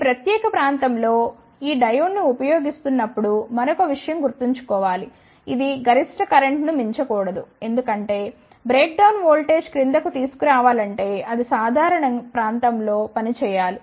ఈ ప్రత్యేక ప్రాంతం లో ఈ డయోడ్ను ఉపయోగిస్తున్నప్పుడు మరొక విషయం గుర్తుంచుకో వాలి ఇది గరిష్ట కరెంటును మించకూడదు ఎందుకంటే బ్రేక్డౌన్ వోల్టేజ్ క్రింద కు తీసుకురావాలంటే అది సాధారణ ప్రాంతం లో పనిచేయాలి